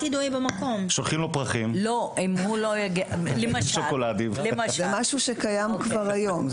זה משהו שקיים כבר היום.